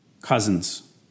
Cousins